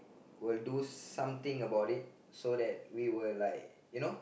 will do something about it so that we will like you know